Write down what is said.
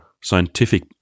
scientific